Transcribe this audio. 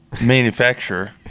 manufacturer